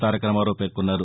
తారకరామారావు పేర్కొన్నారు